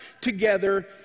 together